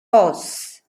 horse